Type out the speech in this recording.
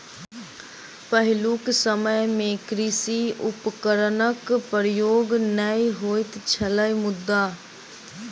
पहिलुक समय मे कृषि उपकरणक प्रयोग नै होइत छलै मुदा